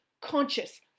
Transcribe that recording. conscious